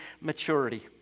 maturity